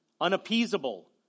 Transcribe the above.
unappeasable